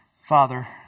Father